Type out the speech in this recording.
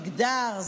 מגדר,